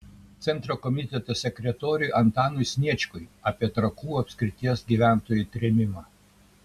centro komiteto sekretoriui antanui sniečkui apie trakų apskrities gyventojų trėmimą